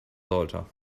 sollte